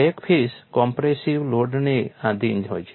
crack face compressive લોડને આધિન હોય છે